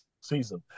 season